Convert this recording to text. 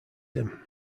him